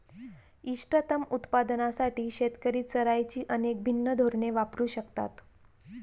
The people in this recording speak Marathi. इष्टतम उत्पादनासाठी शेतकरी चराईची अनेक भिन्न धोरणे वापरू शकतात